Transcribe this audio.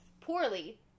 poorly